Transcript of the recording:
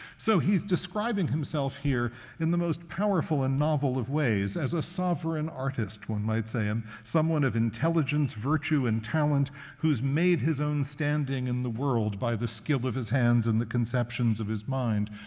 so he's describing himself here in the most powerful and novel of ways as a sovereign artist, one might say, um someone of intelligence, virtue, and talent who's made his own standing in the world by the skill of his hands and the conceptions of his mind.